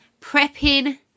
prepping